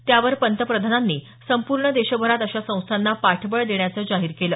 त्यावर पंतप्रधानांनी संपूर्ण देशभरात अशा संस्थांना पाठबळ देण्याचं जाहीर केलं